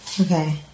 Okay